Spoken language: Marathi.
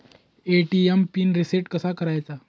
ए.टी.एम पिन रिसेट कसा करायचा?